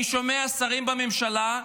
אני שומע שרים בממשלה,